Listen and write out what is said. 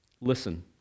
listen